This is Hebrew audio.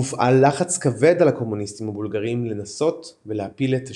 והופעל לחץ כבד על הקומוניסטים הבולגרים לנסות ולהפיל את השלטון.